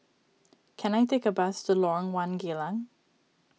can I take a bus to Lorong one Geylang